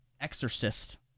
Exorcist